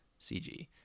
CG